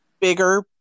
bigger